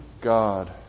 God